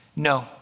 No